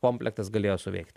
komplektas galėjo suveikt